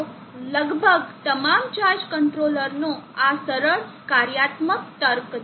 તો લગભગ તમામ ચાર્જ કંટ્રોલરનો આ સરળ કાર્યાત્મક તર્ક છે